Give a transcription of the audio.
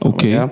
Okay